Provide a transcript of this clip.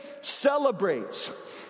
celebrates